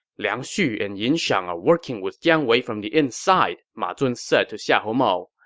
liang xu and yin shang are working with jiang wei from the inside, ma zun said to xiahou mao.